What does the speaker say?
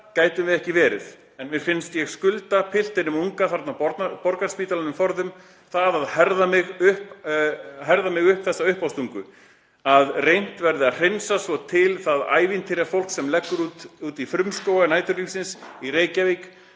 getum við ekki verið. En mér finnst ég skulda piltinum unga þarna á Borgarspítalanum forðum það að herða mig uppí þessa uppástungu: að reynt verði að hreinsa til svo það ævintýrafólk sem leggur útí frumskóga næturlífsins í Reykjavík